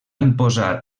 imposar